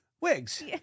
Wigs